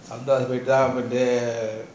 sound glass போயிடு தான் வந்து:poitu thaan vanthu